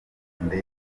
itonde